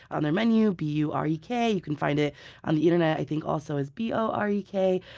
on their menu it's b u r e k. you can find it on the internet i think also as b o r e k.